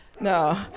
No